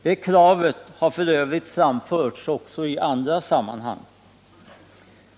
Det kravet har f. ö. framförts också i andra sammanhang.